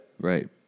Right